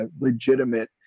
legitimate